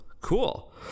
Cool